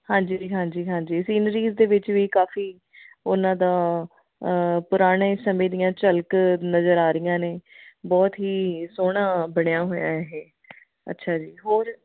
ਹਾਂਜੀ ਜੀ ਹਾਂਜੀ ਹਾਂਜੀ ਸੀਨਰੀਜ਼ ਦੇ ਵਿੱਚ ਵੀ ਕਾਫ਼ੀ ਉਹਨਾਂ ਦਾ ਪੁਰਾਣੇ ਸਮੇਂ ਦੀਆਂ ਝਲਕ ਨਜ਼ਰ ਆ ਰਹੀਆਂ ਨੇ ਬਹੁਤ ਹੀ ਸੋਹਣਾ ਬਣਿਆ ਹੋਇਆ ਇਹ ਅੱਛਾ ਜੀ ਹੋਰ